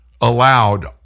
allowed